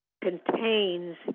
contains